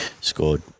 scored